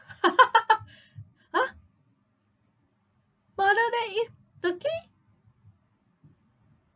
!huh! mother's day eat s~ turkey